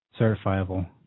Certifiable